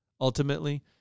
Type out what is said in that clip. Ultimately